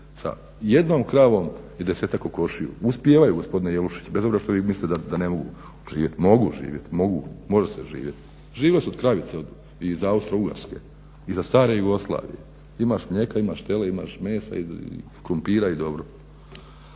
sa jednom kravom i desetak kokošiju. Uspijevaju gospodine Jelušić, bez obzira što vi mislite da ne mogu živjet. Mogu živjet, može se živjet. Živjelo se od kravice od Austro-ugarske, iza stare Jugoslavije. Imaš mlijeka, imaš tele, imaš mesa i krumpira i dobro.